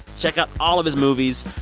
check out all of his movies.